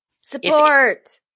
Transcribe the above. Support